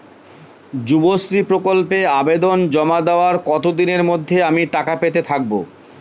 যুবশ্রী প্রকল্পে আবেদন জমা দেওয়ার কতদিনের মধ্যে আমি টাকা পেতে থাকব?